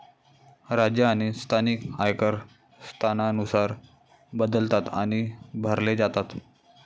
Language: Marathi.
राज्य आणि स्थानिक आयकर स्थानानुसार बदलतात आणि भरले जातात